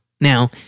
Now